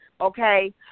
okay